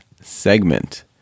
segment